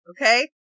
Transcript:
okay